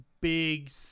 big